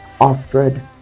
offered